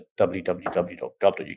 www.gov.uk